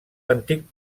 antic